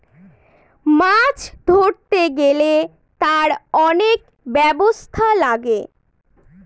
মাছ ধরতে গেলে তার অনেক ব্যবস্থা লাগে